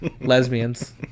lesbians